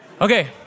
Okay